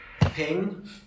ping